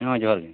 ᱦᱮᱸ ᱡᱚᱦᱟᱨᱜᱮ